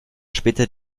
später